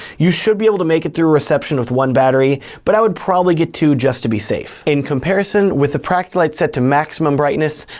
you should be able to make it through reception with one battery but i would probably get two just to be safe. in comparison, with the practilite set to maximum brightness,